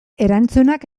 erantzunak